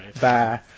bye